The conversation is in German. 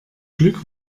glück